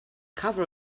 cover